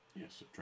yes